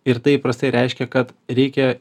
ir tai įprastai reiškia kad reikia